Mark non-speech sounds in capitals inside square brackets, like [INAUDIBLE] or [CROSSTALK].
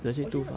[NOISE] 我觉得